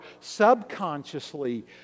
subconsciously